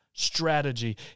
strategy